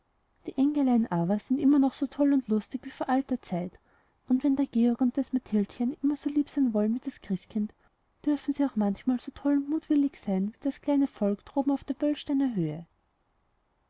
die engelein aber sind noch immer so toll und lustig wie vor alter zeit und wenn der georg und das mathildchen immer so lieb sein wollen wie das christkind dürfen sie auch manchmal so toll und mutwillig sein wie das kleine volk droben auf der böllsteiner höhe